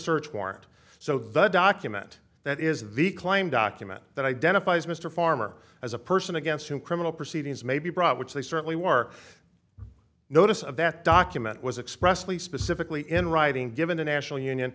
search warrant so the document that is the claim document that identifies mr farmer as a person against whom criminal proceedings may be brought which they certainly work notice of that document was expressly specifically in writing given the national union